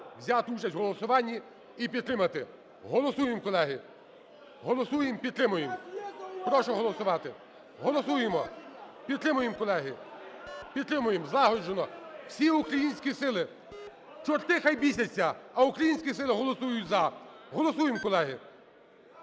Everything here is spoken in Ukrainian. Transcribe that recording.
взяти участь в голосуванні і підтримати. Голосуємо, колеги. Голосуємо, підтримуємо. Прошу голосувати. Голосуємо. Підтримуємо, колеги. Підтримуємо злагоджено. Всі українські сили. Чорти хай бісяться, а українські сили голосують "за". Голосуємо, колеги.